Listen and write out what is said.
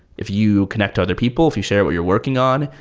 if you connect to other people, if you share what you're working on,